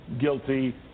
guilty